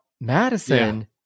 Madison